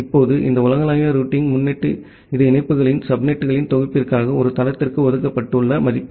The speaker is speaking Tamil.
இப்போது இந்த உலகளாவிய ரூட்டிங் முன்னொட்டு இது இணைப்புகளின் சப்நெட்டுகளின் தொகுப்பிற்காக ஒரு தளத்திற்கு ஒதுக்கப்பட்டுள்ள மதிப்பு